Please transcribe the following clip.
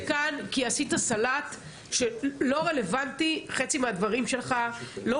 ואני עוצרת את זה כאן כי עשית סלט שחצי מהדברים שלך לא